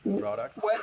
products